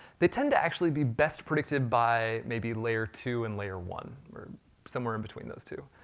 they tend to actually be best predicted by maybe layer two and layer one, or somewhere in between those two,